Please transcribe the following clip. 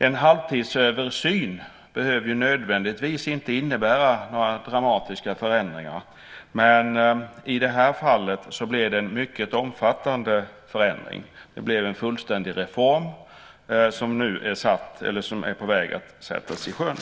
En halvtidsöversyn behöver ju nödvändigtvis inte innebära några dramatiska förändringar, men i det här fallet blev det en mycket omfattande förändring. Det blev en fullständig reform, som nu är på väg att sättas i sjön.